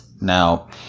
Now